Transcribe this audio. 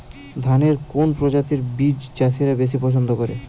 ধানের কোন প্রজাতির বীজ চাষীরা বেশি পচ্ছন্দ করে?